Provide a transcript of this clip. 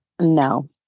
No